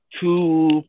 Two